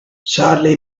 sadly